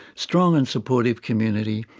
strong and supportive community,